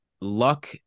luck